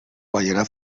guaiana